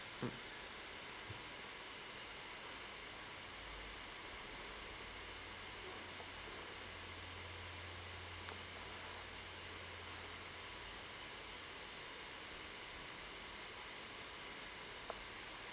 mm